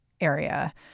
area